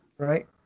right